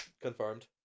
confirmed